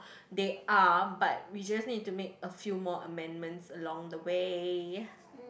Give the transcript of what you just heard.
they are but we just need to make a few more amendments along the way